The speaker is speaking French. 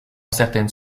certaines